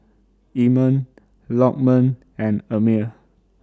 Iman Lokman and Ammir